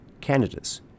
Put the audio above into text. Canadas